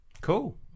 Cool